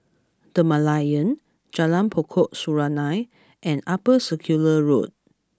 The Merlion Jalan Pokok Serunai and Upper Circular Road